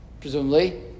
Presumably